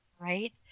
Right